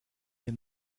hier